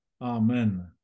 amen